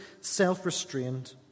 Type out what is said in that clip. self-restrained